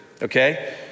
Okay